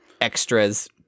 extras